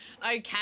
Okay